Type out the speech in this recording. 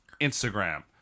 Instagram